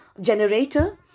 generator